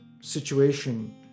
situation